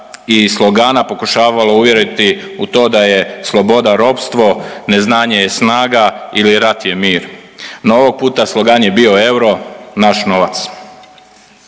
i slogana pokušavalo uvjeriti u to da je sloboda ropstvo, neznanje je snaga ili rat je mir. No ovog puta slogan je bio euro naš novac.